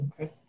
Okay